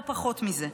לא פחות מזה.